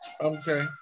Okay